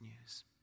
news